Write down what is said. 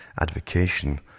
advocation